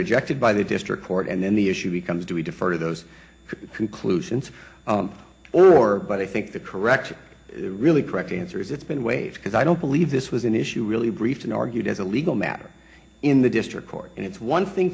rejected by the district court and then the issue becomes do we defer to those conclusions or but i think the correct really correct answer is it's been waived because i don't believe this was an issue really brief and argued as a legal matter in the district court and it's one thing